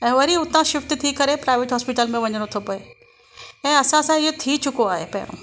ऐं वरी हुतां शिफ्ट थी करे प्रायवेट हॉस्पिटल में वञिणो थो पए ऐं असांसा इहो थी चुको आहे पहिरियां